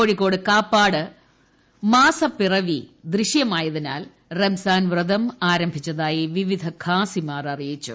കോഴിക്കോട് കാപ്പാട് മാസപ്പിറവി ദൃശ്യമായതിനാൽ റംസാൻ വ്രതം ആരംഭിച്ചതായി വിവിധ ഖാസിമാർ അറിയിച്ചു